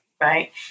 right